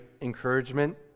encouragement